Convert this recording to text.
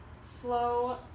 slow